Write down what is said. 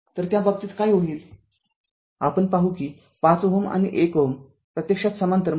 तर त्या बाबतीत काय होईल आपण पाहू कि ५ Ω आणि १ Ω प्रत्यक्षात समांतर आहेत